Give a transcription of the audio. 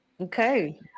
Okay